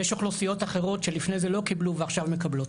יש אוכלוסיות אחרות שלפני זה לא קיבלו ועכשיו מקבלות.